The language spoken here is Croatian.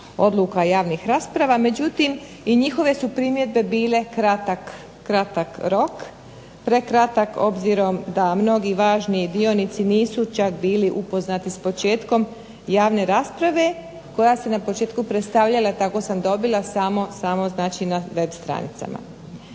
odluka javnih rasprava. Međutim, i njihove su primjedbe bile kratak rok, prekratak s obzirom da mnogi važni sudionici nisu čak bili upoznati s početkom javne rasprave koja se na početku predstavljala, kako sam dobila, samo na web stranicama.